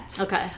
Okay